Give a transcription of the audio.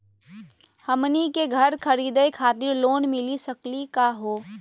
हमनी के घर खरीदै खातिर लोन मिली सकली का हो?